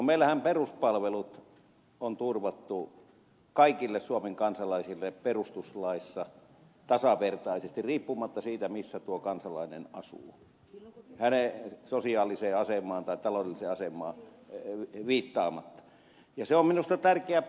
meillähän peruspalvelut on turvattu kaikille suomen kansalaisille perustuslaissa tasavertaisesti riippumatta siitä missä tuo kansalainen asuu hänen sosiaaliseen asemaansa tai taloudelliseen asemaansa viittaamatta ja se on minusta tärkeä periaate